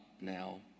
now